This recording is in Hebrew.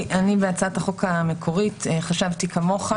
חבר הכנסת קרעי, בהצעת החוק המקורית חשבתי כמוך.